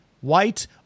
white